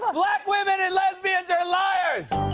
but black women and lesbians are liars!